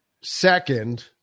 second